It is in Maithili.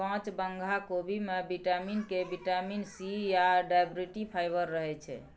काँच बंधा कोबी मे बिटामिन के, बिटामिन सी या डाइट्री फाइबर रहय छै